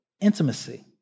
intimacy